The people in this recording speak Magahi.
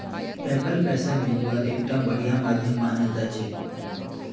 पेपल पैसा भेजवार एकता बढ़िया माध्यम मानाल जा छेक